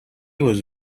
was